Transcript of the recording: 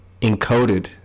encoded